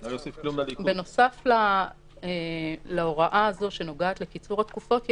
בנוסף להוראה הזו שנוגעת לקיצור התקופות,